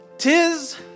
Tis